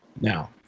Now